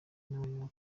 n’abayoboke